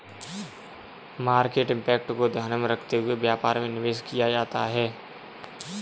market impact को ध्यान में रखते हुए व्यापार में निवेश किया जाता है